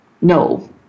No